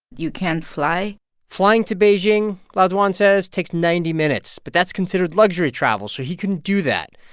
you can't fly flying to beijing, lao dwan says, takes ninety minutes. but that's considered luxury travel so he couldn't do that.